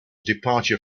departure